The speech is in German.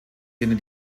denen